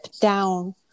down